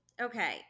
Okay